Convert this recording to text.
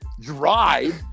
drive